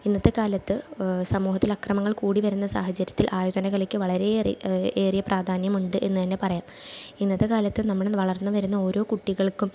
ഇന്നത്തെ കാലത്ത് സമൂഹത്തിൽ അക്രമങ്ങൾ കൂടി വരുന്ന സാഹചര്യത്തിൽ ആയോധന കലയ്ക്ക് വളരെയേറെ ഏറിയ പ്രാധാന്യമുണ്ട് എന്ന് തന്നെ പറയാം ഇന്നത്തെക്കാലത്ത് നമ്മൾ വളർന്നു വരുന്ന ഓരോ കുട്ടികൾക്കും